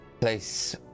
place